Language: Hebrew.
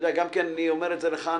אני אומר את זה גם לך,